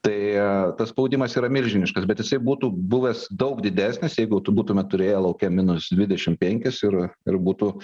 tai tas spaudimas yra milžiniškas bet jisai būtų buvęs daug didesnis jeigu tu būtume turėję lauke minus dvidešim penkis ir ir būtų